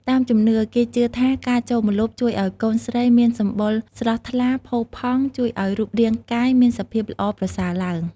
តាមជំនឿ គេជឿថាការចូលម្លប់ជួយឱ្យកូនស្រីមានសម្បុរស្រស់ថ្លា ផូរផង់ ជួយឱ្យរូបរាងកាយមានសភាពល្អប្រសើរឡើង។